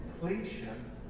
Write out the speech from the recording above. completion